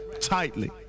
tightly